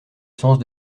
sens